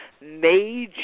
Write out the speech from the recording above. major